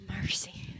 mercy